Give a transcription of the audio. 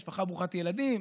משפחה ברוכת ילדים,